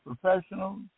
professionals